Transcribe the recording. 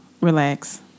Relax